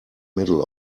middle